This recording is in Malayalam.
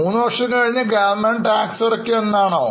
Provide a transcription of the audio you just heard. മൂന്നുവർഷം കഴിഞ്ഞ് ഗവൺമെൻറ് ടാക്സ് അടയ്ക്കുംഎന്നാണോ